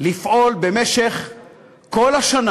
לפעול במשך כל השנה